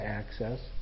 access